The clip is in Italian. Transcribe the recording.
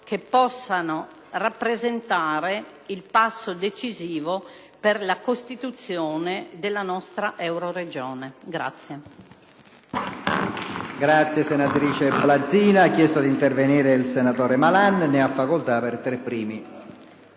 che possano rappresentare il passo decisivo per la costituzione della nostra Euroregione.